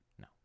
No